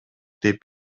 деп